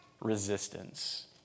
resistance